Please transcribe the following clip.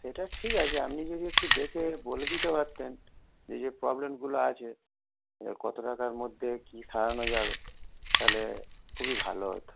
সেটা ঠিক আছে আপনি যদি একটু দেখে বলে দিতে পারতেন যে যে প্রব্লেমগুলো আছে এবার কতো টাকার মধ্যে কী সারানো যাবে তাহলে খুবই ভালো হতো